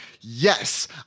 yes